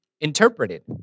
interpreted